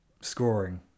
scoring